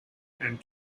and